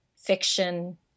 fiction